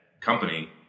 company